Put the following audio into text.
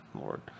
Lord